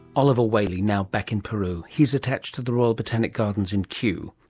oliver whaley, now back in peru. he's attached to the royal botanic gardens in kew